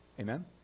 Amen